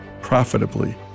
profitably